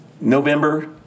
November